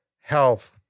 health